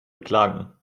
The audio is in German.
beklagen